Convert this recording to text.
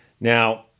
Now